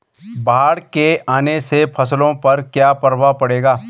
बाढ़ के आने से फसलों पर क्या प्रभाव पड़ेगा?